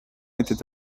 était